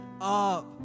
up